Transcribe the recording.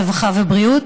הרווחה והבריאות,